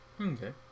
Okay